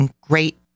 great